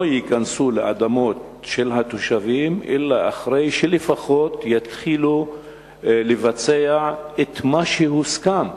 ייכנסו לאדמות של התושבים אלא אחרי שלפחות יתחילו לבצע את מה שהוסכם.